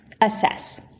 assess